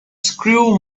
screw